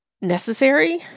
necessary